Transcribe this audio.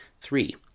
Three